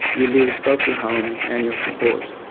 you lose both your home and your support.